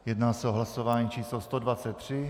Jedná se o hlasování číslo 123.